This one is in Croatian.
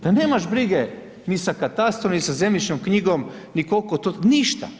Da nemaš brige ni sa katastrom, ni sa zemljišnom knjigom, ni koliko to, ništa.